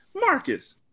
Marcus